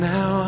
Now